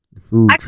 food